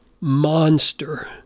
monster—